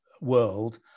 world